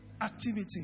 Activity